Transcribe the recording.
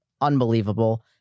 unbelievable